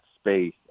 space